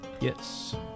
Yes